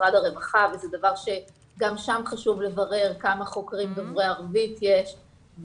משרד הרווחה וזה דבר שגם שם חשוב לברר כמה חוקרים דוברי ערבית יש,